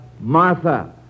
Martha